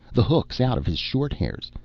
the hook's out of his short hairs.